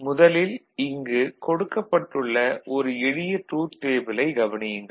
முதலில் இங்கு கொடுக்கப்பட்டுள்ள ஒரு எளிய ட்ரூத் டேபிளைக் கவனியுங்கள்